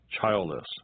childless